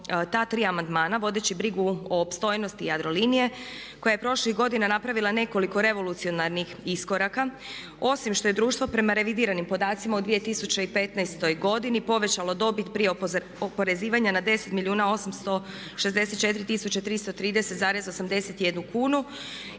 ta tri amandmana vodeći brigu o opstojnosti Jadrolinije koja je prošlih godina napravila nekoliko revolucionarnih iskoraka. Osim što je društvo prema revidiranim podacima u 2015. godini povećalo dobit prije oporezivanja na 10 milijuna